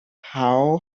how